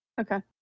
Okay